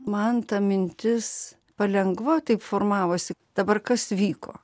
man ta mintis palengva taip formavosi dabar kas vyko